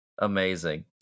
amazing